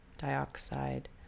dioxide